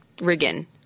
Riggin